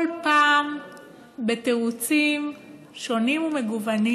כל פעם בתירוצים שונים ומגוונים.